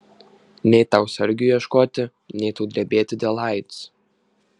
nei tau sargių ieškoti nei tau drebėti dėl aids